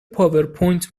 پاورپوینت